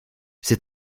ces